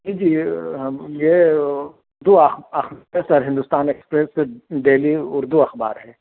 جی جی یہ ہم یہ اُردو سر ہندوستان ایکسپریس دہلی اُردو اخبار ہے